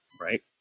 Right